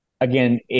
again